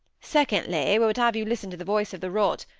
secondly, we would have you listen to the voice of the rod,